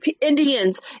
Indians